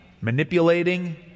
manipulating